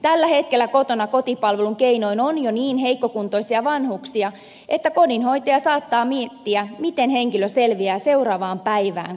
tällä hetkellä kotona kotipalvelun keinoin hoidettavina on jo niin heikkokuntoisia vanhuksia että kodinhoitaja saattaa miettiä miten henkilö selviää seuraavaan päivään kotonaan